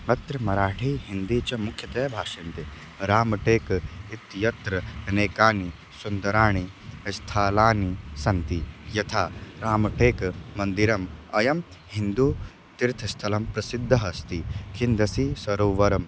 अत्र मराठी हिन्दी च मुख्यतया भाष्यन्ते रामटेक् इत्यत्र अनेकानि सुन्दराणि स्थालानि सन्ति यथा रामटेक् मन्दिरम् अयं हिन्दुतीर्थस्थलं प्रसिद्धः अस्ति हिन्दसी सरोवरः